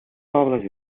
pobles